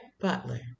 Butler